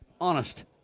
honest